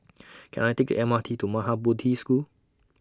Can I Take M R T to Maha Bodhi School